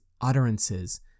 utterances